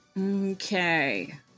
Okay